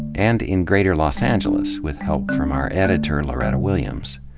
and in greater los angeles with help from our editor, loretta williams.